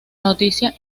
noticia